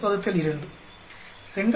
2 2